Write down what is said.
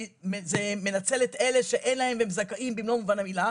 כי זה מנצל את אלה שאין להם והם זכאים במלוא מובן המילה.